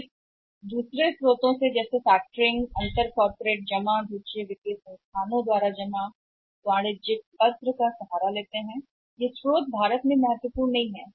वे factoring forfaiting inter जैसे वित्तपोषण के अन्य स्रोत का सहारा लेते हैं कॉर्पोरेट जमा अन्य वित्तीय संस्थानों से जमा इनके लिए वाणिज्यिक पत्र बैंक वित्त की आसान उपलब्धता के कारण भारत में स्रोत महत्वपूर्ण नहीं बन रहे हैं